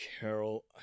Carol